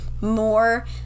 more